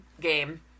game